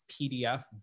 PDF